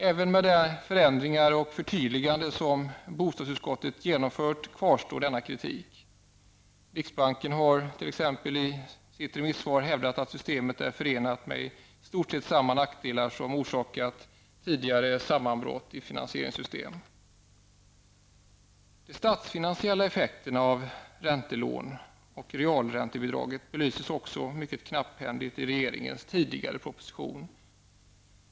Även med de förändringar och förtydliganden som bostadsutskottet genomfört kvarstår denna kritik. Riksbanken har t.ex. i sitt remissvar hävdat att systemet är förenat med i stort sett samma nackdelar som orsakat tidigare sammanbrott i finansieringssystem. De statsfinansiella effekterna av räntelån och realräntebidraget belyses mycket knapphändigt i regeringens tidigare opposition.